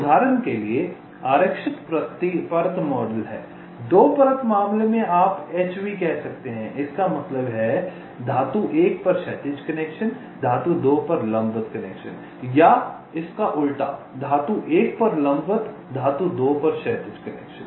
उदाहरण के लिए आरक्षित परत मॉडल है 2 परत मामले में आप HV कह सकते हैं इसका मतलब है धातु 1 पर क्षैतिज कनेक्शन धातु 2 पर लंबवत कनेक्शन या धातु 1 पर लंबवत धातु 2 पर क्षैतिज कनेक्शन